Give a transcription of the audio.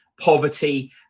poverty